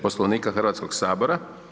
Poslovnika Hrvatskog sabora.